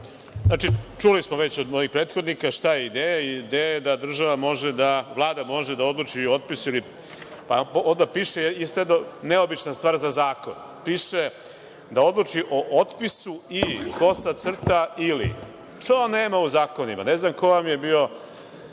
lepo. Čuli smo već od mojih prethodnika šta je ideja. Ideja je da država, da Vlada može da odluči o otpisu, a onda piše isto jedna neobična stvar za zakon. Piše – da odluči o otpisu, pa „kosa crta“ i „ili“. To nema u zakonima. Ne znam ko vam je bio